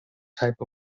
type